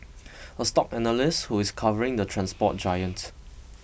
a stock analyst who is covering the transport giant